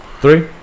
Three